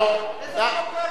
רבותי, תודה רבה.